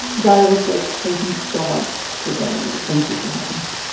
dahlia lithwick, thank you so much for joining me. thank you for having me.